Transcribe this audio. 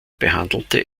behandelte